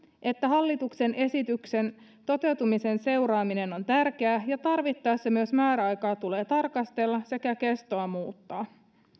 että hallituksen esityksen toteutumisen seuraaminen on tärkeää ja tarvittaessa myös määräaikaa tulee tarkastella sekä kestoa muuttaa